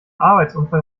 arbeitsunfall